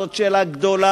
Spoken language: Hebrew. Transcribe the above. הרי זו שאלה גדולה,